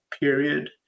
period